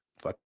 fuck